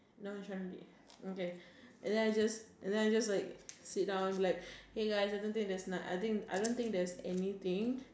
nonchalantly okay and then I just and then I just like sit down like hey guys I don't think there's na~ I think I don't think there's anything